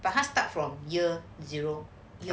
but 他 start from year zero year [one]